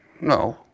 No